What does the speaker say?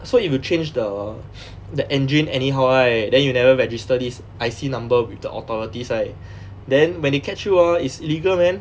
so if you change the the engine anyhow right then you never register this I_C number with the authorities right then when they catch you ah it's illegal man